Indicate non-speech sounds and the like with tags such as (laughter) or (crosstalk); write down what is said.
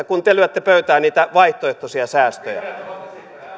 (unintelligible) kun te lyötte pöytään niitä vaihtoehtoisia säästöjä